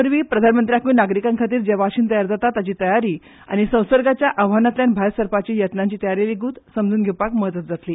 तेवरवी प्रधानमंत्र्यांकूय नागरिकांखातीर जे वाशिन तयार जाता ताची तयारी आनी संसर्गाच्या आव्हानांतल्यान भायर सरपाच्या यत्नांची तयारी लेगीत समजून घेवपाक मजत जातली